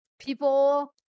people